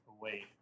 away